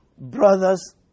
brothers